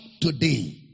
today